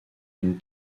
une